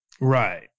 Right